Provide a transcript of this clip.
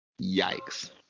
Yikes